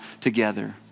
together